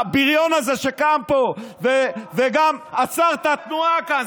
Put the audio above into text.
הבריון הזה שקם פה וגם עצר את התנועה כאן,